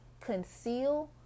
conceal